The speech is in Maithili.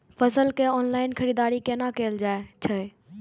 फसल के ऑनलाइन खरीददारी केना कायल जाय छै?